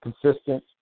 consistent